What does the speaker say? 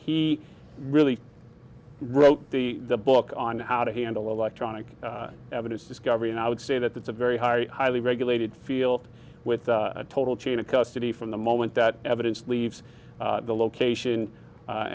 he really wrote the book on how to handle electronic evidence discovery and i would say that that's a very high highly regulated field with a total chain of custody from the moment that evidence leaves the location